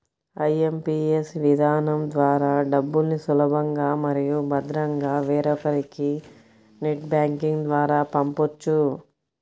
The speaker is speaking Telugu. ఐ.ఎం.పీ.ఎస్ విధానం ద్వారా డబ్బుల్ని సులభంగా మరియు భద్రంగా వేరొకరికి నెట్ బ్యాంకింగ్ ద్వారా పంపొచ్చు